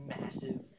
massive